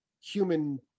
human